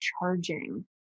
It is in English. charging